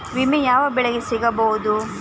ವಿಮೆ ಯಾವ ಬೆಳೆಗೆ ಸಿಗಬಹುದು?